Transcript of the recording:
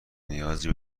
نیازی